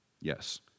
Yes